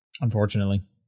unfortunately